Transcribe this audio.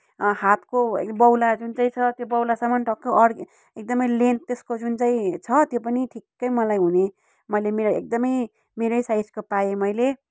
हातको यो बाउला जुनचाहिँ छ त्यो बाउलासम्म टक्क अड् एकदमै लेन्थ त्यसको जुन चाहिँ छ त्यो पनि ठिक्कै मलाई हुने मैले मेरो एकदमै मेरै साइजको पाएँ मैले